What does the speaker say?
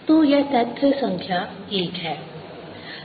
तो यह तथ्य संख्या 1 है